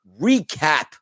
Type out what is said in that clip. recap